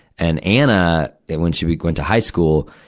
and anna, and when she went to high school,